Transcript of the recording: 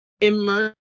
immerse